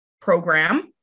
program